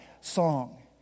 song